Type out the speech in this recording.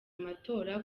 amatora